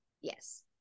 Yes